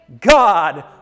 God